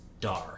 dark